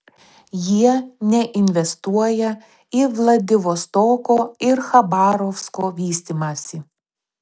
jie neinvestuoja į vladivostoko ir chabarovsko vystymąsi